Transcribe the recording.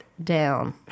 Down